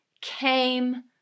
came